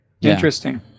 Interesting